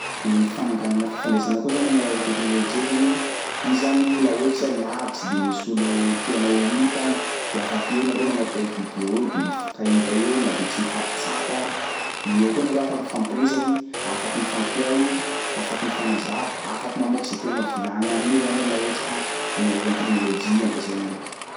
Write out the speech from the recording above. De ny fananganana fifandraisana koa zany amin'ny alalan'ny teknôlôjia zany, iny zany laha ohatsy iha lavitsy de misy olo tianao ho hita agny de afaky eo nareo manao appel vidéo de mifankahita eo na de tsy mifampitsapa ary de eo koa nareo afaky mifampiresaky, afaky mifampihaino, afaky mifanazava, afaky mamoaky tsy tianao volagny aminy eo zany iha laha ohatsy ka amin'ny alalan'ny teknôlôjia ampiasainareo.